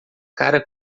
cara